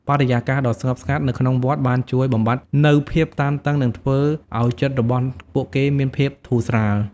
បរិយាកាសដ៏ស្ងប់ស្ងាត់នៅក្នុងវត្តបានជួយបំបាត់នូវភាពតានតឹងនិងធ្វើឱ្យចិត្តរបស់ពួកគេមានភាពធូរស្រាល។